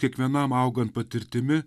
kiekvienam augant patirtimi